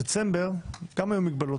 בדצמבר גם היו מגבלות.